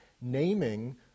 naming